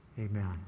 amen